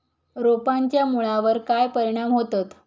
रोपांच्या मुळावर काय परिणाम होतत?